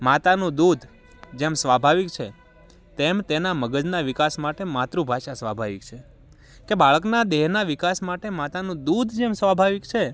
માતાનું દૂધ જેમ સ્વાભાવિક છે તેમ તેનાં મગજના વિકાસ માટે માતૃભાષા સ્વાભાવિક છે કે બાળકના દેહના વિકાસ માટે માતાનું દૂધ જેમ સ્વાભાવિક છે